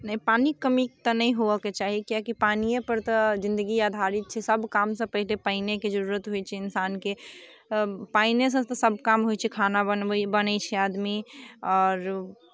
नहि पानिके कमी तऽ नहि होवयके चाही किआकि पानिए पर तऽ जिंदगी आधारित छै सभकामसँ पहिने पानिएके जरूरत होइ छै इन्सानके पानिएसँ तऽ सभ काम होइ छै खाना बनबै बनै छै आदमी आओर